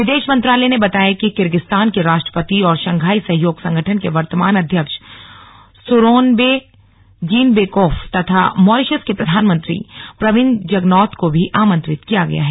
विदेश मंत्रालय ने बताया कि किर्गिस्तान के राष्ट्रपति और शंघाई सहयोग संगठन के वर्तमान अध्यक्ष सूरोनबे जीनबेकोफ तथा मॉरीशस के प्रधानमंत्री प्रविन्द जगनॉथ को भी आमंत्रित किया गया है